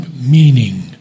meaning